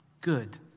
good